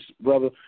brother